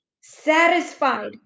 satisfied